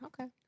Okay